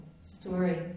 story